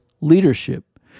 leadership